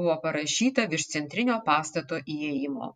buvo parašyta virš centrinio pastato įėjimo